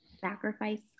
sacrifice